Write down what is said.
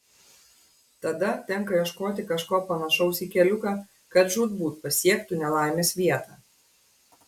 tada tenka ieškoti kažko panašaus į keliuką kad žūtbūt pasiektų nelaimės vietą